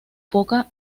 pocas